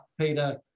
Peter